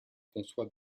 conçoit